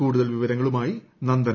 കൂടുതൽ വിവരങ്ങളുമായി നീന്ദുന്